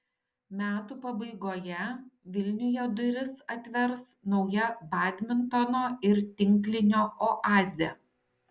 metų pabaigoje vilniuje duris atvers nauja badmintono ir tinklinio oazė